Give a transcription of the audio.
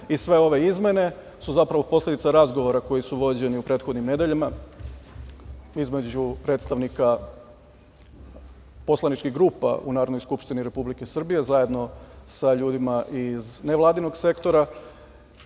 i sve ove izmene su posledica razgovora koji su vođeni u prethodnim nedeljama između predstavnika poslaničkih grupa u Narodnoj skupštini Republike Srbije zajedno sa ljudima iz nevladinog sektora.